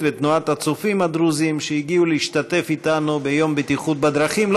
ואת תנועת הצופים הדרוזים שהגיעו להשתתף איתנו ביום בטיחות בדרכים.